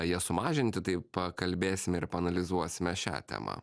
jas sumažinti tai pakalbėsime ir paanalizuosime šią temą